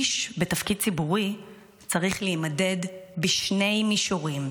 איש בתפקיד ציבורי צריך להימדד בשני מישורים: